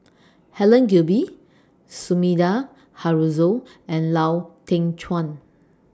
Helen Gilbey Sumida Haruzo and Lau Teng Chuan